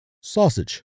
Sausage